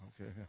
Okay